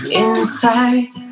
inside